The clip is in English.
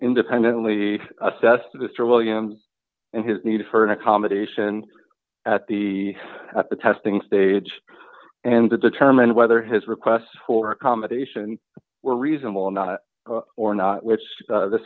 independently assessed mr williams and his need for an accommodation at the at the testing stage and to determine whether his request for accommodation were reasonable or not or not which